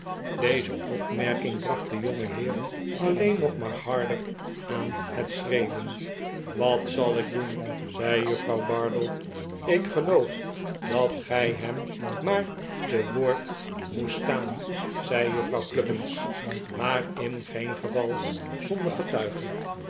deze opmerking bracht den jongenheer alleen nog maar harder aan het schreeuwen wat zal ik doen zei juffrouw bardell ik geloof dat gij hem maar te woord moest sta'an zei juffrouw cluppins maar in geen geval zonder